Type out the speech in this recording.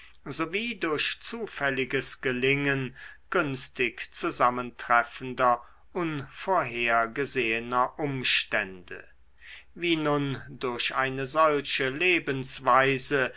sowie durch zufälliges gelingen günstig zusammentreffender unvorhergesehener umstände wie nun durch eine solche lebensweise